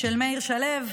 של מאיר שלו?